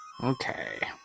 Okay